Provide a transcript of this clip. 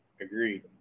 Agreed